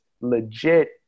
legit